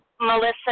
Melissa